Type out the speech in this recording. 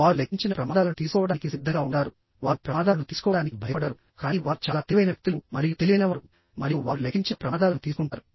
వారు లెక్కించిన ప్రమాదాలను తీసుకోవడానికి సిద్ధంగా ఉంటారు వారు ప్రమాదాలను తీసుకోవడానికి భయపడరు కానీ వారు చాలా తెలివైన వ్యక్తులు మరియు తెలివైనవారు మరియు వారు లెక్కించిన ప్రమాదాలను తీసుకుంటారు